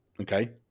okay